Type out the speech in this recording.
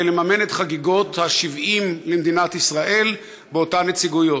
לממן את חגיגות ה-70 למדינת ישראל באותן נציגויות.